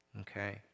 okay